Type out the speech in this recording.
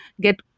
get